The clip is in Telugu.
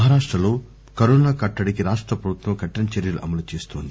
మహారాష్టలో కరోనా కట్టడికి రాష్ట ప్రభుత్వం కఠిన చర్యలు అమలు చేస్తోంది